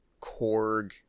Korg